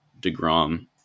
DeGrom